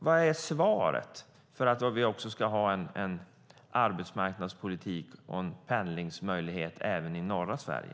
Vad är svaret, så att vi kan ha en arbetsmarknadspolitik och en pendlingsmöjlighet även i norra Sverige?